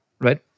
Right